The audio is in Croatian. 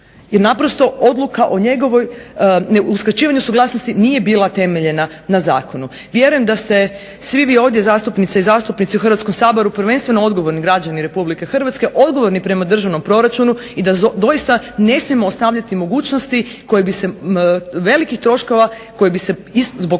jer naprosto odluka o njegovoj, o uskraćivanju suglasnosti nije bila temeljena na zakonu. Vjerujem da ste svi vi ovdje zastupnice i zastupnici u Hrvatskom saboru prvenstveno odgovorni građani RH, odgovorni prema državnom proračunu i da doista ne smijemo ostavljati mogućnosti velikih troškova koje bi se zbog